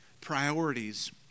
priorities